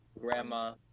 grandma